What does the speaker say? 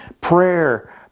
prayer